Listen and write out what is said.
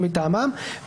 או מטעמם,